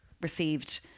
received